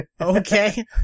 okay